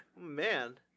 Man